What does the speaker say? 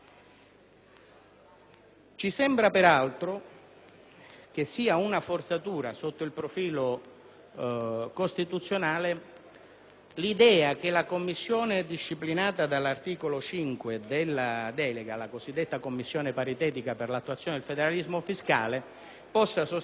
Ci sembra peraltro una forzatura sotto il profilo costituzionale l'idea che la commissione disciplinata dall'articolo 5 della delega, la cosiddetta commissione paritetica per l'attuazione del federalismo fiscale, possa sostanzialmente